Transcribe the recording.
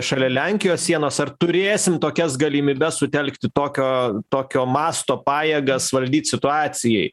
šalia lenkijos sienos ar turėsim tokias galimybes sutelkti tokio tokio masto pajėgas valdyt situacijai